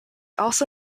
also